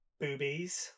Boobies